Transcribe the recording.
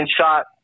shot